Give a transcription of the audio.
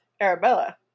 Arabella